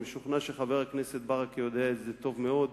אני משוכנע שחבר הכנסת ברכה יודע את זה טוב מאוד,